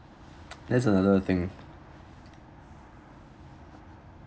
that's another thing